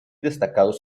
destacados